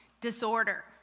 disorder